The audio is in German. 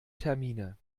termine